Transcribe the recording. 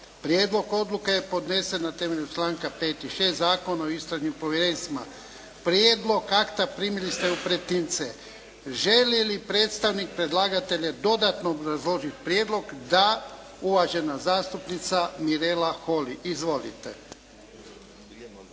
Prijedlog odluke je podnesen na temelju članka 5. i 6. Zakona o istražnim povjerenstvima. Prijedlog akta primili ste u pretince. Želi li predstavnik predlagatelja dodatno obrazložiti prijedlog? Da. Uvažena zastupnica Mirela Holy. Izvolite.